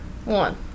One